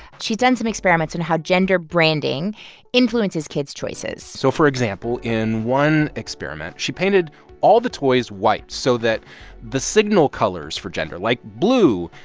she's done some experiments on and how gender branding influences kids' choices so for example, in one experiment, she painted all the toys white so that the signal colors for gender, like blue,